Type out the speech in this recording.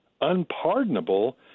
unpardonable